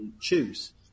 choose